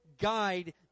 guide